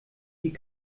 die